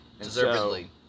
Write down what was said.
Deservedly